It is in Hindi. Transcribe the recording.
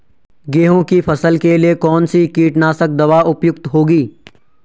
गेहूँ की फसल के लिए कौन सी कीटनाशक दवा उपयुक्त होगी?